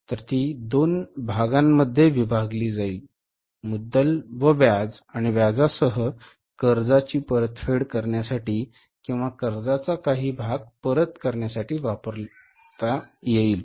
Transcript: तर ती दोन भागामध्ये विभागली जाईल मुद्दल व व्याज आणि व्याजासह कर्जाची परतफेड करण्यासाठी किंवा कर्जाचा काही भाग परत करण्यासाठी वापरण्यात येईल